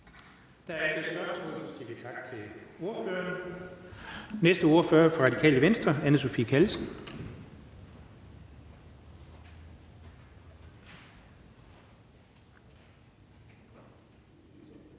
til ordføreren. Næste ordfører er fra Radikale Venstre, Anne Sophie Callesen.